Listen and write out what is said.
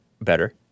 better